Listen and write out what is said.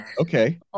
Okay